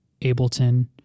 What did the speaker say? Ableton